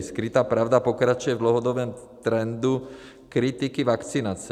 Skrytá pravda pokračuje v dlouhodobém trendu kritiky vakcinace.